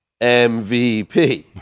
MVP